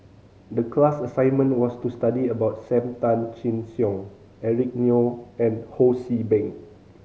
the class assignment was to study about Sam Tan Chin Siong Eric Neo and Ho See Beng